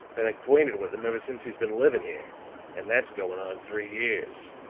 been acquainted with him ever since he's been living here and that's going on three years.